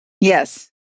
Yes